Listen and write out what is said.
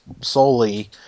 solely